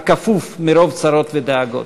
הכפוף מרוב צרות ודאגות.